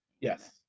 Yes